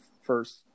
first